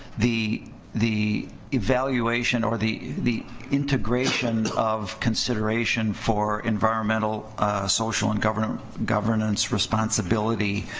the the evaluation or the the integration of consideration for environmental social and government governance responsibilities